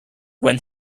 when